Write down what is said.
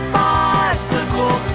bicycle